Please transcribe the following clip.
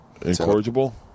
incorrigible